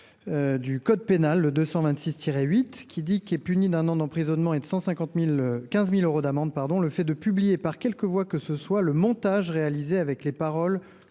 du code pénal, qui punit d’un an d’emprisonnement et de 15 000 euros d’amende « le fait de publier, par quelque voie que ce soit, le montage réalisé avec les paroles